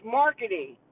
marketing